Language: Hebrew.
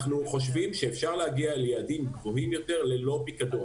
אנחנו חושבים שאפשר להגיע ליעדים גבוהים יותר ללא פיקדון.